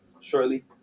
shortly